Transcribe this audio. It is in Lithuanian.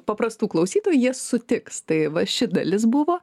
paprastų klausytojų jie sutiks tai va ši dalis buvo